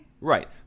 right